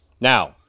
Now